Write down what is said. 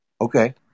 Okay